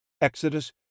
Exodus